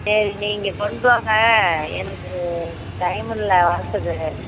சரி நீங்கள் கொண்டு வாங்க எனக்கு டைம் இல்லை வரத்துக்கு